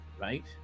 right